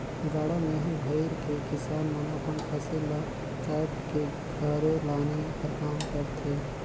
गाड़ा मे ही भइर के किसान मन अपन फसिल ल काएट के घरे लाने कर काम करथे